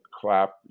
clap